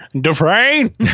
Dufresne